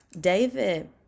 David